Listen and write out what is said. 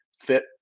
fit